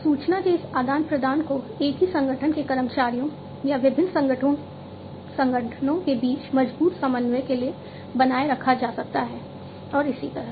सूचना के इस आदान प्रदान को एक ही संगठन के कर्मचारियों या विभिन्न संगठनों के बीच मजबूत समन्वय के लिए बनाए रखा जा सकता है और इसी तरह